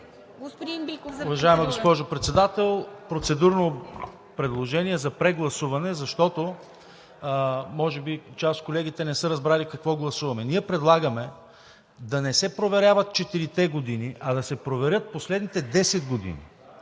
Уважаема госпожо Председател, процедурно предложение за прегласуване, защото може би част от колегите не са разбрали какво гласуваме. Ние предлагаме да не се проверяват четирите години, а да се проверят последните десет години.